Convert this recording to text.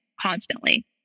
constantly